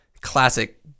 classic